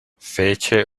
fece